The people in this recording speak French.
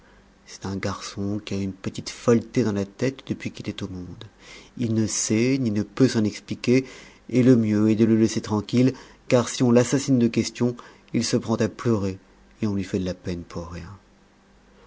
c'est un garçon qui a une petite folleté dans la tête depuis qu'il est au monde il ne sait ni ne peut s'en expliquer et le mieux est de le laisser tranquille car si on l'assassine de questions il se prend à pleurer et on lui fait de la peine pour rien